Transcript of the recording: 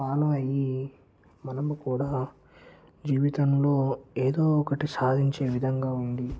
follow అయ్యి మనము కూడా జీవితంలో ఏదో ఒకటి సాధించే విధంగా ఉండి